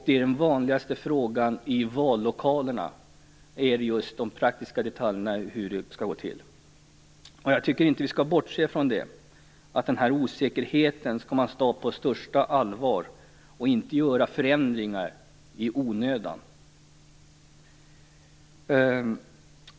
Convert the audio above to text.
De vanligaste frågorna i vallokalerna gäller också just de praktiska detaljerna och hur det skall gå till. Jag tycker inte att vi skall bortse från detta. Denna osäkerhet skall man ta på största allvar och inte göra förändringar i onödan.